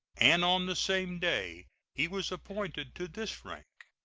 and on the same day he was appointed to this rank.